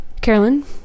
Carolyn